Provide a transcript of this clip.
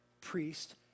priest